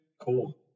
Cool